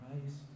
Christ